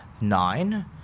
nine